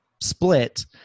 split